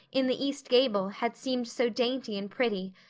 in the east gable, had seemed so dainty and pretty,